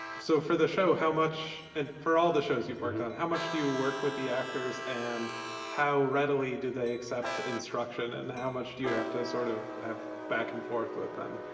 so for the show how much and for all the shows you've worked on, how much do you work with the actors? and how readily do they accept instruction? and how much do you have to sort of have back and forth with them?